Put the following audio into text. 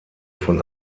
von